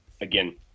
again